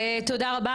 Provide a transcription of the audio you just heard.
תודה רבה,